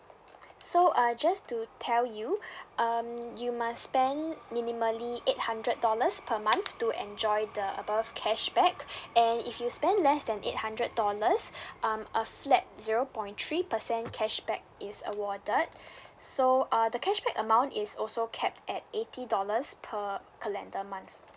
so uh just to tell you um you must spend minimally eight hundred dollars per month to enjoy the above cashback and if you spend less than eight hundred dollars um a flat zero point three percent cashback is awarded so uh the cashback amount is also kept at eighty dollars per calendar month